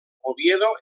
oviedo